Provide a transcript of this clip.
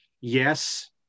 yes